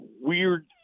weird